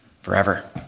forever